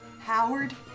Howard